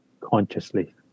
consciously